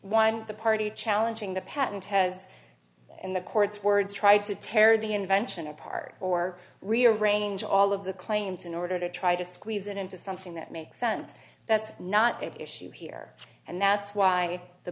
of the party challenging the patent has in the court's words tried to tear the invention apart or rearrange all of the claims in order to try to squeeze it into something that makes sense that's not a big issue here and that's why the